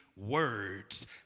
Words